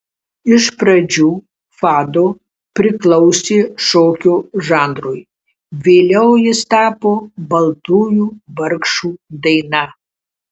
iš pradžių fado priklausė šokio žanrui vėliau jis tapo baltųjų vargšų daina